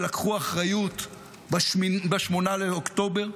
שלקחו אחריות ב-8 באוקטובר,